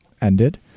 ended